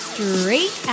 Straight